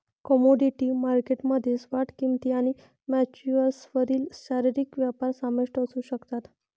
commodity market मध्ये spot किंमती आणि फ्युचर्सवरील शारीरिक व्यापार समाविष्ट असू शकतात